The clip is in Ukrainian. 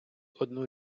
одну